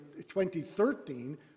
2013